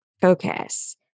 focus